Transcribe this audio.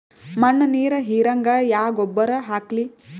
ಮಣ್ಣ ನೀರ ಹೀರಂಗ ಯಾ ಗೊಬ್ಬರ ಹಾಕ್ಲಿ?